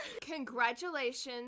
Congratulations